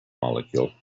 molecule